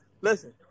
Listen